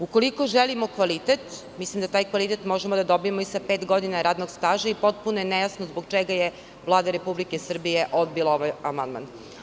Ukoliko želimo kvalitet, mislim da taj kvalitet možemo da dobijemo i sa pet godina radnog staža i potpuno je nejasno zbog čega je Vlada Republike Srbije odbila ovaj amandman.